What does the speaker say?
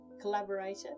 collaborator